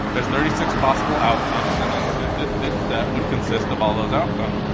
there's thirty six possible outcomes, and then this set would consist of all those outcomes,